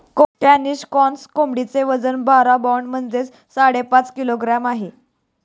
Cornish cross कोंबडीचे वजन बारा पौंड म्हणजेच साडेपाच किलोग्रॅम आहे